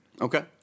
Okay